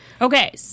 Okay